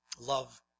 Love